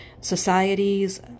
societies